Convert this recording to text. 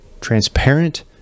transparent